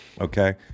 Okay